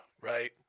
right